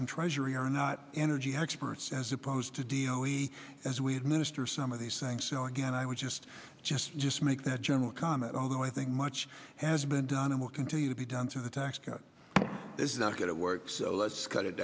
and treasury are not energy experts as opposed to do you know we as we minister some of these things so again i would just just just make that general comment although i think much has been done and will continue to be done through the tax code is not going to work so let's cut it